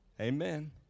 Amen